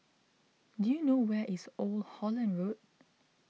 do you know where is Old Holland Road